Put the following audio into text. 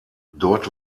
dort